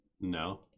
No